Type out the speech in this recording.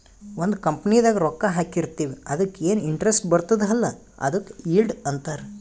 ಒಂದ್ ಕಂಪನಿದಾಗ್ ರೊಕ್ಕಾ ಹಾಕಿರ್ತಿವ್ ಅದುಕ್ಕ ಎನ್ ಇಂಟ್ರೆಸ್ಟ್ ಬರ್ತುದ್ ಅಲ್ಲಾ ಅದುಕ್ ಈಲ್ಡ್ ಅಂತಾರ್